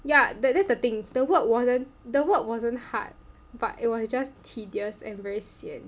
yeah that that's the thing the work wasn't the work wasn't hard but it was just tedious and very sian